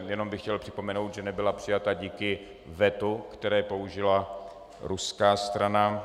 Jenom bych chtěl připomenout, že nebyla přijata díky vetu, které použila ruská strana.